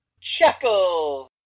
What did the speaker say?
Chuckle